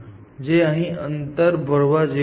જે અહીં અંતર ભરવા જેવું છે